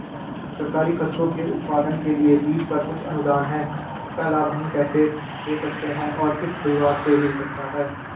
सरकारी फसलों के उत्पादन के लिए बीज पर कुछ अनुदान है इसका लाभ हम कैसे ले सकते हैं और किस विभाग से मिल सकता है?